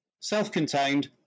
self-contained